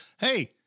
Hey